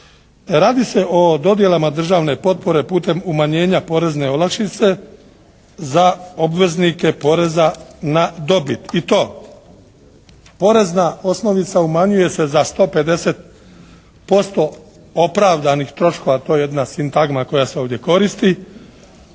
Radi se o dodjelama državne potpore putem umanjenja porezne olakšice za obveznike poreza na dobit i to, porezna osnovica umanjuje se za 150% opravdanih troškova. To je jedna sintagma koja se ovdje koristi